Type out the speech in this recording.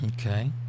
Okay